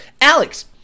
Alex